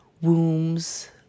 wombs